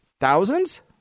thousands